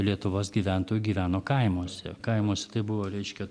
lietuvos gyventojų gyveno kaimuose kaimuose tai buvo reiškia